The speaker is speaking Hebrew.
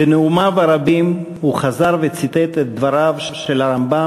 בנאומיו הרבים הוא חזר וציטט את דבריו של הרמב"ם